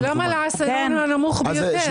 ולמה לעשירון הנמוך ביותר?